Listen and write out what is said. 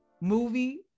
movie